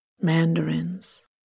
mandarins